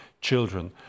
children